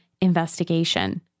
investigation